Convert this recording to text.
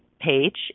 page